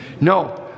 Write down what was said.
no